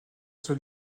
sur